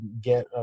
get